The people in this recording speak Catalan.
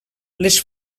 les